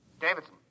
Davidson